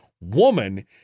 woman